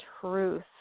truth